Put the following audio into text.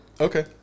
Okay